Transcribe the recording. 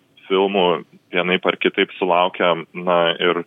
filmų vienaip ar kitaip sulaukia na ir